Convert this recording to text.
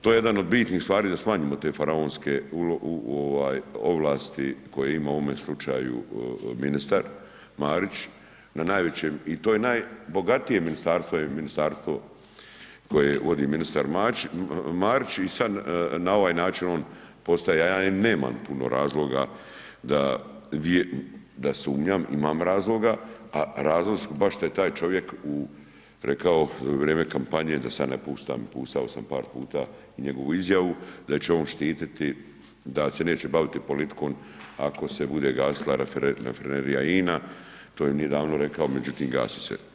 To je jedan od bitnih stvari, da smanjimo te faraonske ovlasti, koje ima u ovome slučaju ministar Marić, na najvećem i to je najbogatije ministarstvo je ministarstvo koje vodi ministar Marić i sada na ovaj način on postaje, ja i nemam puno razloga, da sumnjam, imam razloga, a razlog, baš što je taj čovjek rekao, u vrijeme kampanje, da sada ne puštam, puštao sam par puta njegovu izjavu, da će on štititi, da se neće baviti politikom ako se bude gasila rafinerija INA, to je davno rekao, međutim, gasi se.